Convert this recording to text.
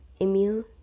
Emil